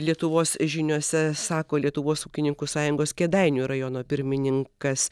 lietuvos žiniose sako lietuvos ūkininkų sąjungos kėdainių rajono pirmininkas